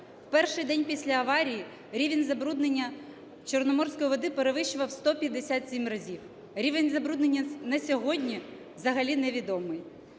В перший день після аварії рівень забруднення чорноморської води перевищував в 157 разів, рівень забруднення на сьогодні взагалі невідомий.